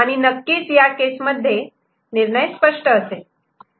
आणि नक्कीच या केस मध्ये निर्णय स्पष्ट असेल